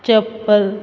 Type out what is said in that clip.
चप्पल